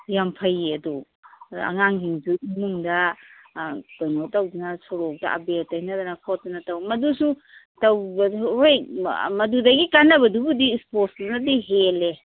ꯌꯥꯝ ꯐꯩꯌꯦ ꯑꯗꯣ ꯑꯉꯥꯡꯁꯤꯡꯗꯣ ꯏꯃꯨꯡꯗ ꯀꯩꯅꯣ ꯇꯧꯗꯅ ꯁꯣꯔꯣꯛꯇ ꯑꯕꯦꯔ ꯇꯩꯅꯗꯅ ꯈꯣꯠꯇꯅ ꯇꯧꯏ ꯃꯗꯨꯁꯨ ꯇꯧꯒꯅꯨ ꯍꯣꯏ ꯃꯗꯨꯗꯒꯤ ꯀꯥꯟꯅꯕꯗꯨꯕꯨꯗꯤ ꯏꯁꯄꯣꯔꯠꯇꯨꯅꯗꯤ ꯍꯦꯜꯂꯦ